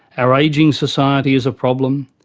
our ageing society is a problem,